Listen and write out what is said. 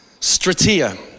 stratia